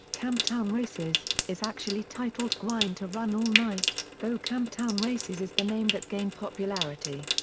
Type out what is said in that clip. camptown races, is actually titled gwine to run all night, though camptown races is the name that gained popularity.